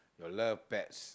I love pets